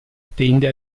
tende